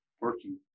working